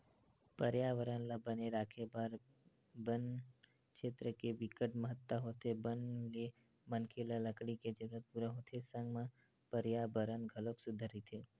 परयाबरन ल बने राखे बर बन छेत्र के बिकट महत्ता होथे बन ले मनखे ल लकड़ी के जरूरत पूरा होथे संग म परयाबरन घलोक सुद्ध रहिथे